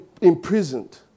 imprisoned